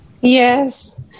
Yes